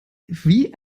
wie